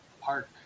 Park